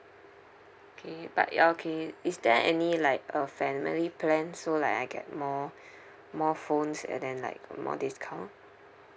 okay but ya okay is there any like a family plan so like I get more more phones and then like more discount